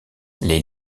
les